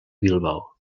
bilbao